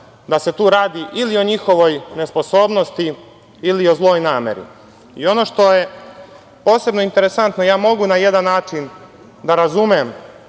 da se tu radi ili o njihovoj nesposobnosti ili o zloj nameri. Ono što je posebno interesantno, mogu na jedan način da razumem